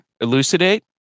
Elucidate